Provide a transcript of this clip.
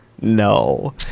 no